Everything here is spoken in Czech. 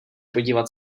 podívat